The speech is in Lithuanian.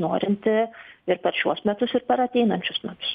norinti ir per šiuos metus ir per ateinančius metus